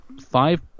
five